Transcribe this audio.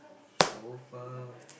so far